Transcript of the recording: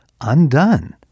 undone